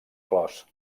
clos